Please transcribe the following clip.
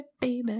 baby